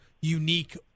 unique